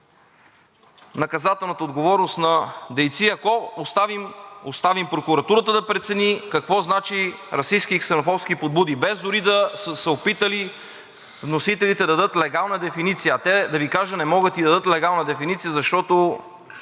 наказателната отговорност на дейци, ако оставим прокуратурата да прецени какво значи расистки и ксенофобски подбуди, без дори да са се опитали вносителите да дадат легална дефиниция. А те, да Ви кажа, не могат и да дадат легална дефиниция, защото